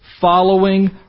following